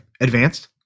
Advanced